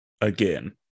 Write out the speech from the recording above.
again